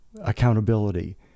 accountability